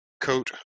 coat